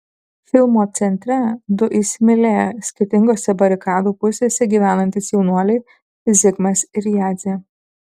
filmo centre du įsimylėję skirtingose barikadų pusėse gyvenantys jaunuoliai zigmas ir jadzė